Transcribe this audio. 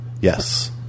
Yes